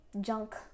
junk